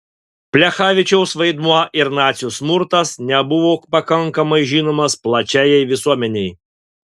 plechavičiaus vaidmuo ir nacių smurtas nebuvo pakankamai žinomas plačiajai visuomenei